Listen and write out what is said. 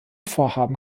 vorhaben